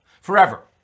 Forever